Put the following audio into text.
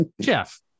Jeff